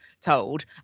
told